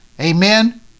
Amen